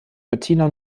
bettina